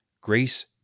Grace